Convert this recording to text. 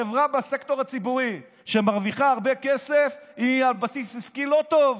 חברה בסקטור הציבורי שמרוויחה הרבה כסף היא על בסיס עסקי לא טוב.